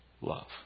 love